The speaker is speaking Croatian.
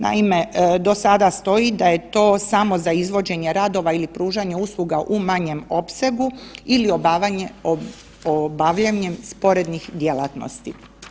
Naime, do sada stoji da je to samo za izvođenje radova ili pružanje usluga u manjem opsegu ili obavljanjem sporednih djelatnosti.